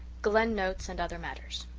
glen notes and other matters